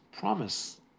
promise